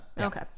Okay